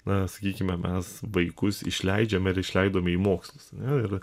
na sakykime mes vaikus išleidžiame ir išleidome į mokslus ane ir